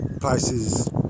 places